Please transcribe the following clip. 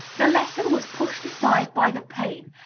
the lesson was pushed aside by the pain,